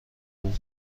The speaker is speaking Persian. بود